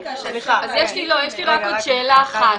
יש לי רק עוד שאלה אחת.